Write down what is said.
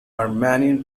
armenian